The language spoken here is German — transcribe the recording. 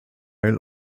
isle